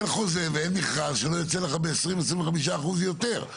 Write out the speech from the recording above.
אין חוזה ואין מכרז שלא יוצא לך ב-25%-20% יותר.